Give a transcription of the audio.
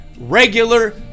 regular